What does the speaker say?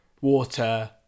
water